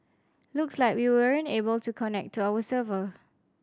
looks like we weren't able to connect to our server